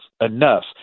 Enough